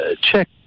check